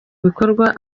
bikorwa